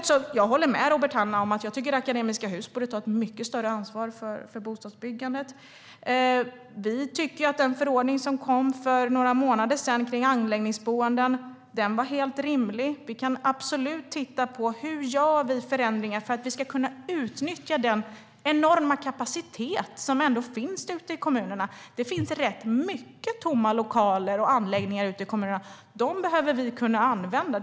Jag håller med Robert Hannah om att Akademiska Hus borde ta ett mycket större ansvar för bostadsbyggandet. Vi tycker att den förordning som kom för några månader sedan om anläggningsboenden var helt rimlig. Vi kan absolut titta på hur vi gör förändringar för att vi ska kunna utnyttja den enorma kapacitet som ändå finns ute i kommunerna. Det finns rätt många tomma lokaler och anläggningar ute i kommunerna. Dem behöver vi kunna använda.